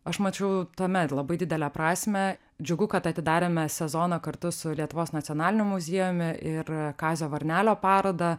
aš mačiau tuomet labai didelę prasmę džiugu kad atidarėme sezoną kartu su lietuvos nacionaliniu muziejumi ir kazio varnelio parodą